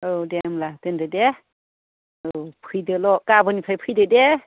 औ दे होमब्ला दोनदो दे औ फैदोल' गाबोननिफ्राय फैदोदे